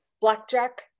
blackjack